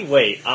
Wait